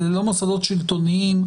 אלה לא מוסדות שלטוניים.